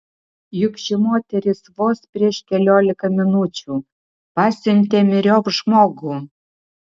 juk ši moteris vos prieš keliolika minučių pasiuntė myriop žmogų